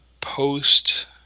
post